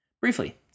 Briefly